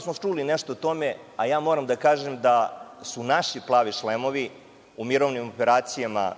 smo vas čuli nešto o tome, a ja moram da kažem da su naši „plavi šlemovi“ u mirovnim operacijama